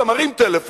אתה מרים טלפון